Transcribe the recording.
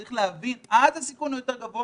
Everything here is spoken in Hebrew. צריך להבין שאז הסיכון הוא יותר גבוה.